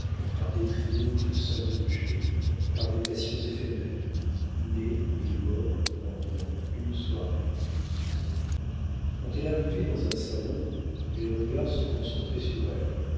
par des triomphes sans objet par des passions éphémères nées et mortes pendant une soirée quand elle arrivait dans un salon les regards se concentraient sur elle